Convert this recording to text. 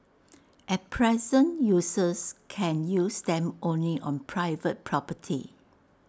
at present users can use them only on private property